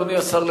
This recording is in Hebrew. אדוני השר,